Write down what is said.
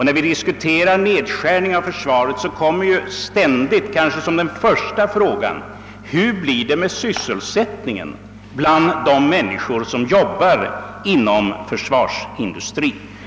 När vi diskuterar nedskärning av försvaret kommer ständigt, kanske som den första frågan, hur det skall bli med sysselsättningen bland de människor som jobbar inom försvarsindustrin.